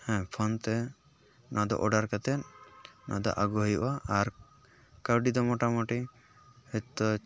ᱦᱮᱸ ᱯᱷᱳᱱᱛᱮ ᱱᱚᱣᱟ ᱫᱚ ᱚᱰᱟᱨ ᱠᱟᱛᱮᱫ ᱱᱚᱣᱟ ᱫᱚ ᱟᱹᱜᱩ ᱦᱩᱭᱩᱜᱼᱟ ᱟᱨ ᱠᱟᱹᱣᱰᱤ ᱫᱚ ᱢᱚᱴᱟᱢᱩᱴᱤ ᱦᱤᱛᱳᱜ